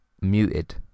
muted